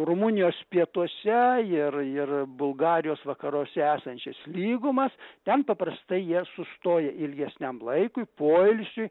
rumunijos pietuose ir ir bulgarijos vakaruose esančias lygumas ten paprastai jie sustoja ilgesniam laikui poilsiui